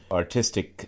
artistic